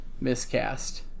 Miscast